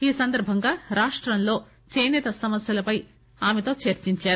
ఈ సందర్భంగా రాష్టంలో చేసేత సమస్యలపై ఆమెతో చర్చించారు